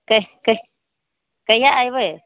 क कही कहिआ अयबै